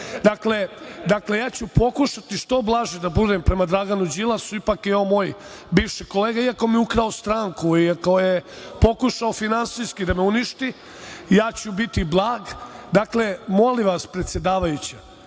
sav. Dakle, ja ću pokušati što blaži da budem prema Draganu Đilasu, ipak je on moj bivši kolega iako mi je ukrao stranku, pokušao finansijski da me uništi, ja ću biti blag. Molim vas predsedavajuća,